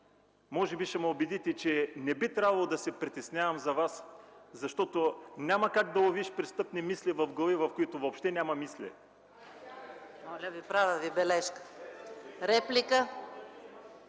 може би ще ме убедите, че не би трябвало да се притеснявам за Вас, защото няма как да ловиш престъпни мисли в глави, в които въобще няма мисли.